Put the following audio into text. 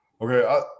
Okay